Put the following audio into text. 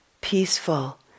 peaceful